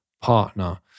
partner